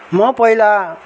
म पहिला